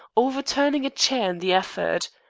overturning a chair in the effort.